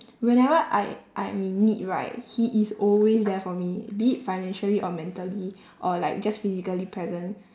whenever I I am in need right he is always there for me be it financially or mentally or like just physically present